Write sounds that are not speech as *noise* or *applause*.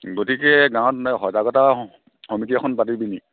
গতিকে গাঁৱত সজাগতা সমিতি এখন পাতি *unintelligible*